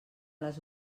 les